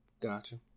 Gotcha